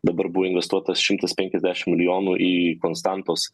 dabar buvo investuota šimtas penkiasdešim milijonų į konstantos